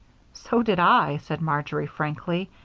so did i, said marjory, frankly,